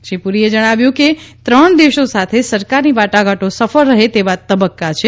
શ્રી પુરીએ જણાવ્યું કે ત્રણ દેશો સાથે સરકારની વાટાઘાટો સફળ રહે તેવા તબક્કે છે